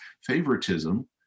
favoritism